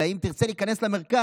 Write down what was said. אלא אם תרצה להיכנס למרכז,